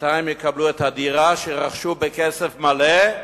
מתי הם יקבלו את הדירה שרכשו בכסף מלא,